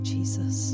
Jesus